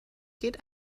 geht